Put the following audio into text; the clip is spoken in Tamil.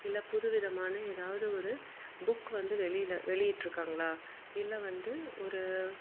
இல்லை புதுவிதமான எதாவது ஒரு புக் வந்து வெளியில் வெளியிட்டுருக்காங்களா இல்லை வந்து ஒரு